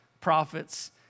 prophets